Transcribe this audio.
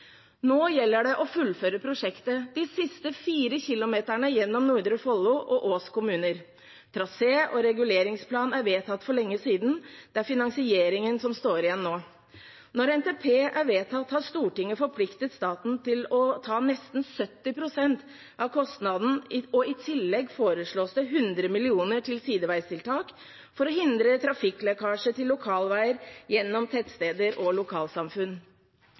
Nå gjelder det å fullføre prosjektet de siste 4 km gjennom Nordre Follo og Ås. Trasé og reguleringsplan er vedtatt for lenge siden. Det er finansieringen som står igjen nå. Når NTP er vedtatt, har Stortinget forpliktet staten til å ta nesten 70 pst. av kostnaden. I tillegg foreslås det 100 mill. kr til sideveistiltak for å hindre trafikklekkasje til lokalveier gjennom tettsteder og lokalsamfunn.